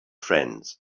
friends